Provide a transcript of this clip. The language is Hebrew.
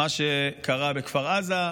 מה שקרה בכפר עזה,